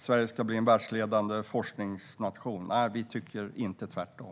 Sverige ska bli en världsledande forskningsnation. Nej, vi tycker inte tvärtom.